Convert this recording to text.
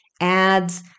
ads